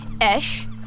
Esh